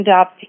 up